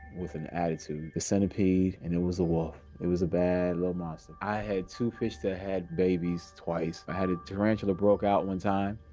with an attitude, the centipede and it was a wolf. it was a bad little monster. i had to fish that had babies twice. i had a tarantula broke out one time,